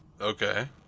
Okay